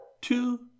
two